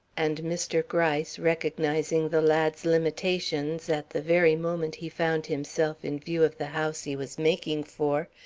and mr. gryce, recognizing the lad's limitations at the very moment he found himself in view of the house he was making for,